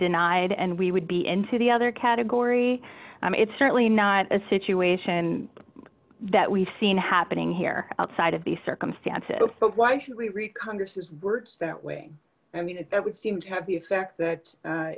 denied and we would be in to the other category it's certainly not a situation that we've seen happening here outside of the circumstances but why should we read congress's words that way i mean it would seem to have the effect that